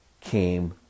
came